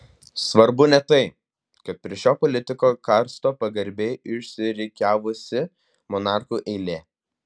svarbu ne tai kad prie šio politiko karsto pagarbiai išsirikiavusi monarchų eilė